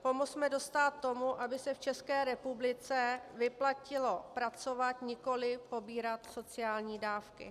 Pomozme dostát tomu, aby se v České republice vyplatilo pracovat, nikoli pobírat sociální dávky.